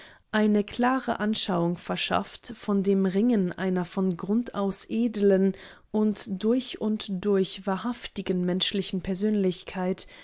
eine klare anschauung verschafft von dem ringen einer von grund aus edlen und durch und durch wahrhaftigen menschlichen persönlichkeit